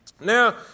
Now